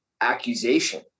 accusation